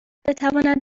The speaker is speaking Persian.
بتواند